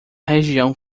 região